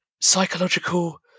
psychological